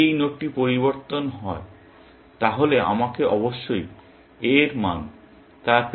যদি এই নোডটি পরিবর্তিত হয় তাহলে আমাকে অবশ্যই এর মান তার পেরেন্টদের কাছে প্রচার করতে হবে